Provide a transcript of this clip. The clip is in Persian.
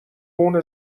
جون